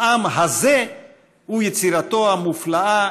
העם הזה הוא יצירתו המופלאה,